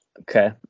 Okay